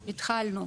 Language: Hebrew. התחלנו,